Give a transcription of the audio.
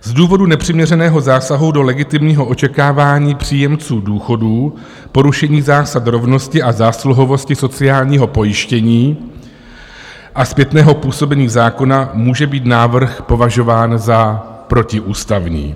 Z důvodů nepřiměřeného zásahu do legitimního očekávání příjemců důchodů, porušení zásad rovnosti a zásluhovosti sociálního pojištění a zpětného působení zákona může být návrh považován za protiústavní.